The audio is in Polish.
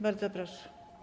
Bardzo proszę.